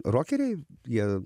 rokeriai jie